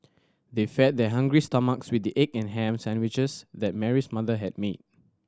they fed their hungry stomachs with the egg and ham sandwiches that Mary's mother had made